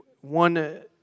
one